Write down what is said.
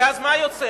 כי אז מה יוצא?